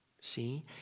See